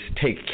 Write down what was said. take